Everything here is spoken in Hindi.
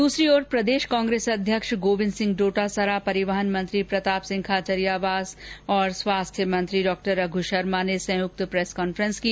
दूसरी ओर प्रदेश कांग्रेस अध्यक्ष गोविंद सिंह डोटासरा परिवहन मंत्री प्रताप सिंह खाचरियावास और स्वास्थ्य मंत्री रघ् शर्मा ने संयुक्त प्रेस कॉन्फ्रेंस की